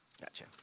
Gotcha